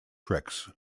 tricks